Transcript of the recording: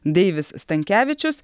deivis stankevičius